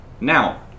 Now